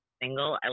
single